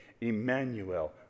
Emmanuel